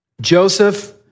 Joseph